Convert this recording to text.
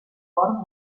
cor